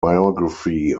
biography